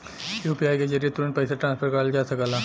UPI के जरिये तुरंत पइसा ट्रांसफर करल जा सकला